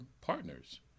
partners